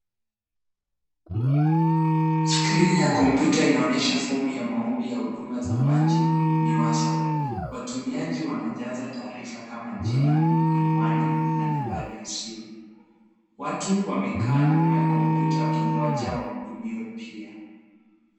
Screen ya kompyuta inaonyesha fomu ya maombi ya huduma za maji, MIWASCO. Watumiaji wanajaza taarifa kama jina, anwani na nambari ya simu. Watu wamekaa nyuma ya kompyuta wakingoja wahudumiwe pia.